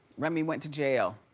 remy went to jail.